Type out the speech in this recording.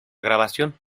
grabación